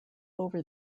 over